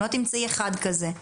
לא תמצאי אחד כזה.